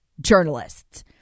journalists